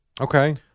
Okay